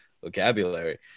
vocabulary